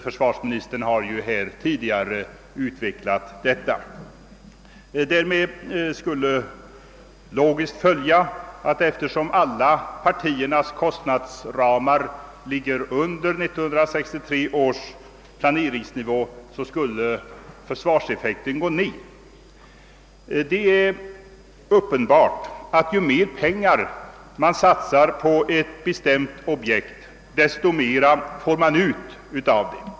Försvarsministern har ju tidigare utvecklat dessa synpunkter. Alla partiers kostnadsramar ligger under 1963 års planeringsnivå, och därav borde logiskt följa att försvarseffekten skulle minska. Det är uppenbart att ju mera pengar man satsar på ett bestämt objekt, desto mera får man ut av det.